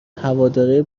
هوادارای